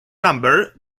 number